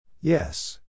Yes